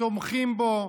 תומכים בו,